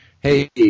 hey